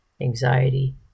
anxiety